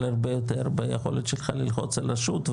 הרבה יותר ביכולת שלך ללחוץ על רשות,